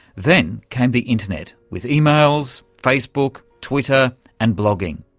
then came the internet, with emails, facebook, twitter and blogging.